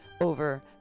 over